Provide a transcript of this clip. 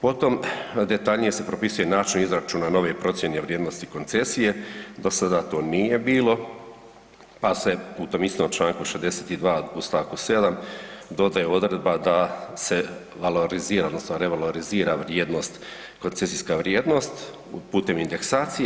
Potom, detaljnije se propisuje način izračuna nove procijene vrijednosti koncesije, do sada to nije bilo, pa se u tom istom čl. 62. u st. 7. dodaje odredba da se valorizira odnosno revalorizira vrijednost, koncesijska vrijednost putem indeksacija.